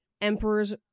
emperor's